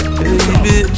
baby